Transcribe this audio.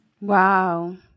Wow